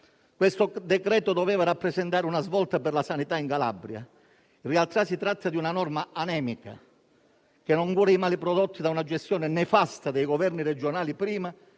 nostro esame doveva rappresentare una svolta per la sanità in Calabria; in realtà si tratta di una norma anemica, che non cura i mali prodotti dalla gestione nefasta dei governi regionali prima